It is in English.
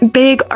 big